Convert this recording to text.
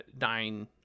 nine